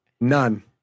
None